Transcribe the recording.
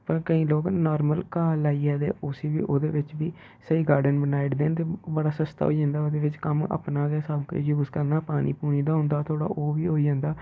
पर केईं लोग नार्मल घाह् लाइये ते उसी बी ओह्दे बिच्च बी स्हेई गार्डन बनाई उड़दे न ते बड़ा सस्ता होई जंदा ओह्दे बिच्च कम्म अपना गै सबकुछ यूज़ करना पानी पुनी दा होंदा थोह्ड़ा ओह् बी होई जंदा